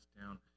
down